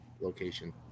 location